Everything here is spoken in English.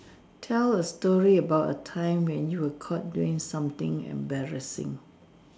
tell a story about a time when you were caught doing something embarrassing